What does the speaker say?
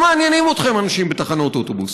לא מעניינים אתכם אנשים בתחנות אוטובוס,